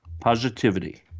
positivity